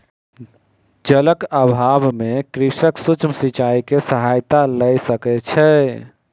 जलक अभाव में कृषक सूक्ष्म सिचाई के सहायता लय सकै छै